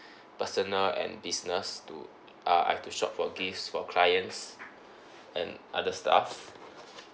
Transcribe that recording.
personal and business to uh I've to shop for gifts for clients and other stuff